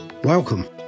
Welcome